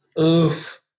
Oof